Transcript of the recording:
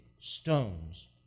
stones